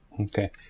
Okay